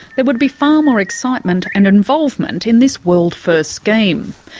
there would be far more excitement and involvement in this world-first scheme.